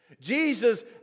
Jesus